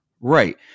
Right